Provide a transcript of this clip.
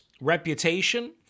reputation